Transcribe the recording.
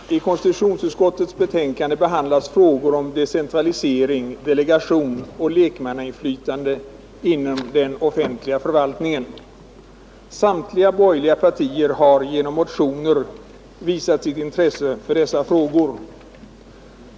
Herr talman! I konstitutionsutskottets betänkande nr 12 behandlas frågor om decentralisering, delegation och lekmannainflytande inom den offentliga förvaltningen. Samtliga borgerliga partier har genom motioner visat sitt intresse för dessa frågor.